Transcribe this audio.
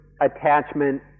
attachment